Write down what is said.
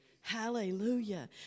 Hallelujah